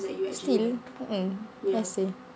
still okay I see